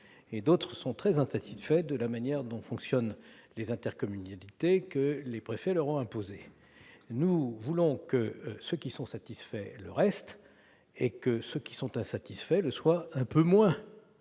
que d'autres sont très insatisfaits d'intercommunalités que les préfets leur ont imposées. Nous voulons que ceux qui sont satisfaits le restent et que ceux qui sont insatisfaits le soient un peu moins.